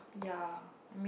ya I mean